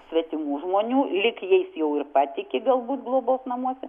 svetimų ruonių lyg jais jau ir patiki galbūt globos namuose